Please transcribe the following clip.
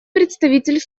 представитель